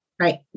right